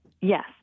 Yes